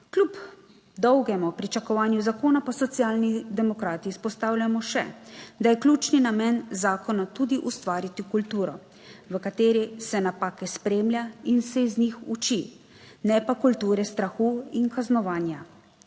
Kljub dolgemu pričakovanju zakona pa Socialni demokrati izpostavljamo še, da je ključni namen zakona tudi ustvariti kulturo, v kateri se napake spremlja in se iz njih uči, ne pa kulture strahu in kaznovanja.